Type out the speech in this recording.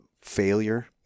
failure